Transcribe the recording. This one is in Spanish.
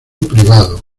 privado